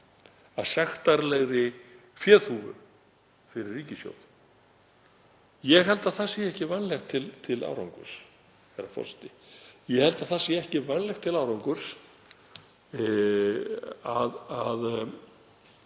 að sektarlegri féþúfu fyrir ríkissjóð. Ég held að það sé ekki vænlegt til árangurs. Ég held að það sé ekki vænlegt til árangurs að